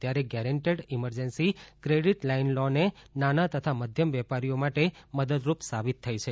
ત્યારે guaranteed emergency credit line લોનએ નાના અને મધ્યમ વેપારીઓના માટે મદદરૂપ સાબિત થઇ છે